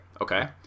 okay